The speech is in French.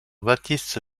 baptiste